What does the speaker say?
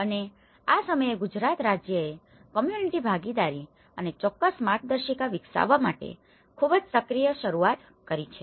અને આ સમયે ગુજરાત રાજ્યએ કમ્યુનીટીની ભાગીદારી અને ચોક્કસ માર્ગદર્શિકા વિકસાવવા માટે ખૂબ જ સક્રિય શરૂઆત કરી છે